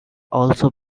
also